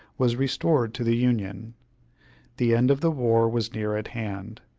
was restored to the union the end of the war was near at hand,